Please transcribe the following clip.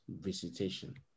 visitation